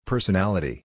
Personality